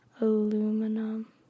Aluminum